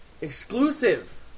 exclusive